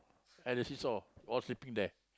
at the see-saw all sleeping there